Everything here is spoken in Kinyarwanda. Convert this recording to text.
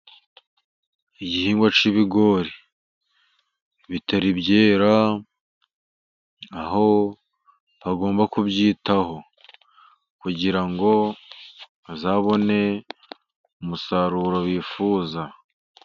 Igihingwa cy'ibigori bitari byera, aho bagomba kubyitaho, kugira ngo bazabone umusaruro bifuza.